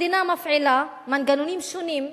המדינה מפעילה מנגנונים שונים,